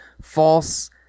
false